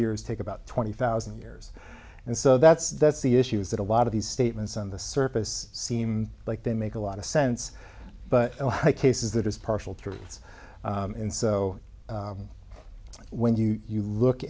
years take about twenty thousand years and so that's that's the issue is that a lot of these statements on the surface seem like they make a lot of sense but my case is that is partial truths and so when you